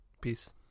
Peace